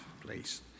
please